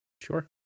sure